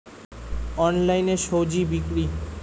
অনলাইনে স্বজি বিক্রি?